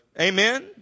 Amen